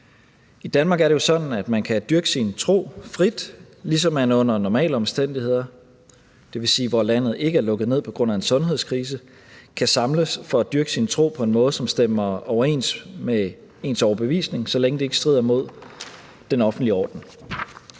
sådan, at man kan dyrke sin tro frit, ligesom man under normale omstændigheder – det vil sige, hvor landet ikke er lukket ned på grund af en sundhedskrise – kan samles for at dyrke sin tro på en måde, som stemmer overens med ens overbevisning, så længe det ikke strider mod den offentlige orden.